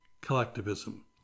collectivism